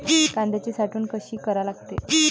कांद्याची साठवन कसी करा लागते?